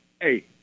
hey